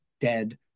dead